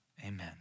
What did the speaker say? Amen